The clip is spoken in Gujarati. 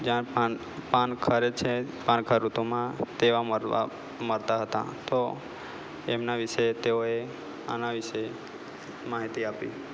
જાણે પાન પાન ખરે છે પાનખર ઋતુમાં તેવામાં મરતાં હતાં તો એમના વિશે તેઓએ આના વિશે માહિતી આપી